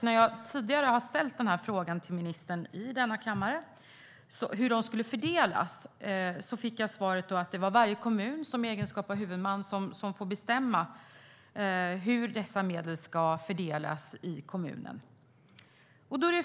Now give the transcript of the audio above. När jag tidigare i denna kammare ställde frågan till ministern hur de skulle fördelas fick jag svaret att varje kommun i egenskap av huvudman får bestämma hur dessa medel ska fördelas i kommunen.